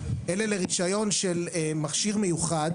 אלא לרישיון של מכשיר מיוחד